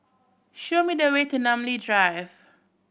show me the way to Namly Drive